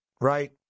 right